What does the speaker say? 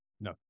No